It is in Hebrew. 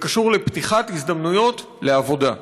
זה קשור לפתיחת הזדמנויות לעבודה.